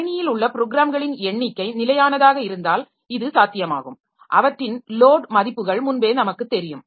கணினியில் உள்ள ப்ரோக்ராம்களின் எண்ணிக்கை நிலையானதாக இருந்தால் இது சாத்தியமாகும் அவற்றின் லோட் மதிப்புகள் முன்பே நமக்கு தெரியும்